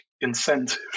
incentive